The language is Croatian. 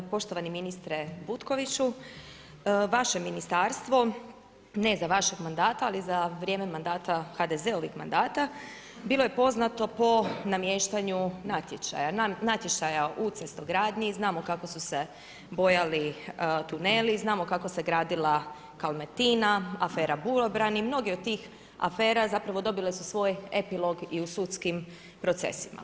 Poštovani ministre Butkoviću, vaše ministarstvo, ne za vašeg mandata, ali za vrijeme mandata HDZ-ovih mandata, bilo je poznato po namještaju natječaja u cestogradnji, znamo kako su se bojali tuneli, znamo kako se gradila Kalmetina, afera bulobrani, mnogi od tih afera zapravo dobile su svoj epilog i u sudskim procesima.